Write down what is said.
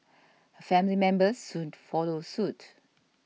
her family members soon followed suit